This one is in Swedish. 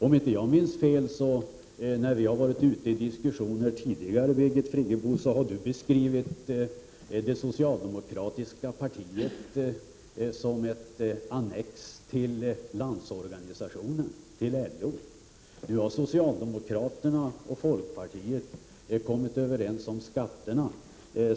Om inte jag minns fel har Birgit Friggebo, när vi deltagit i diskussioner tidigare, beskrivit det socialdemokratiska partiet som ett annex till LO. Nu har socialdemokraterna och folkpartiet kommit överens om skatterna.